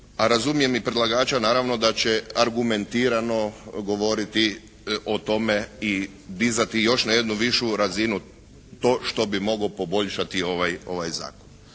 a razumijem i predlagača naravno da će argumentirano govoriti o tome i dizati još na jednu višu razinu to što bi mogao poboljšati ovaj Zakon.